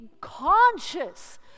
conscious